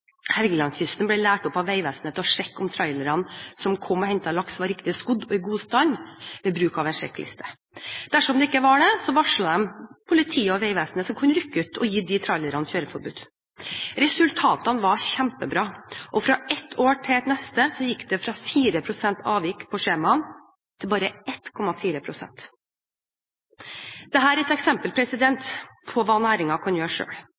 Helgelandskysten ble lært opp av Vegvesenet til å sjekke om trailerne som kom og hentet laks, var riktig skodd og i god stand, ved bruk av en sjekkliste. Dersom de ikke var det, varslet de politi og Vegvesenet, som kunne rykke ut og gi trailerne kjøreforbud. Resultatene var kjempebra. Fra ett år til det neste gikk det fra 4 pst. avvik på skjemaene til bare 1,4 pst. Dette er et eksempel på hva næringen kan gjøre